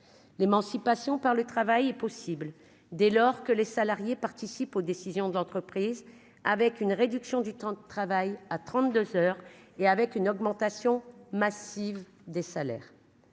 l'émancipation par le travail est possible dès lors que les salariés participent aux décisions de l'entreprise avec une réduction du temps. Travail à 32 heures et avec une augmentation massive des salaires